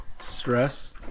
Stress